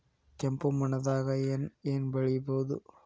ಕೆಂಪು ಮಣ್ಣದಾಗ ಏನ್ ಏನ್ ಬೆಳಿಬೊದು?